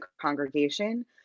congregation